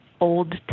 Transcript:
old